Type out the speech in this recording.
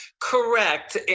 Correct